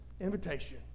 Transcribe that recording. invitation